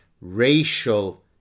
racial